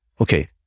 okay